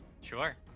Sure